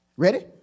Ready